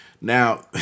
Now